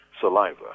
Saliva